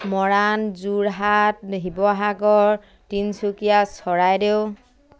Moran Jorhat Sivasagar Tinsukia Charaideo